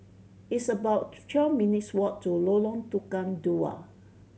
it's about twelve minutes' walk to Lorong Tukang Dua